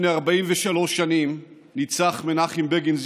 היום לפני 43 שנים ניצח בבחירות מנחם בגין,